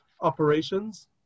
operations